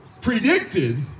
predicted